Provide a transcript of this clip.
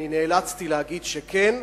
נאלצתי להגיד שכן,